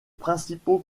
principaux